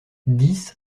dix